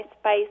spice